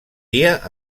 dia